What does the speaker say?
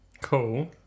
Cool